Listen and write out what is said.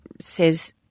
says